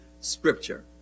scripture